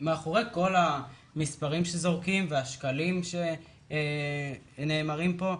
מאחורי כל המספרים שזורקים והשקלים שנאמרים פה,